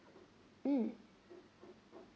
mm